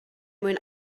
mwyn